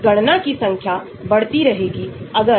यह ध्यान में रखने के लिए एक बहुत महत्वपूर्ण बिंदु है